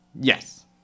Yes